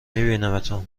میبینمتون